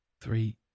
three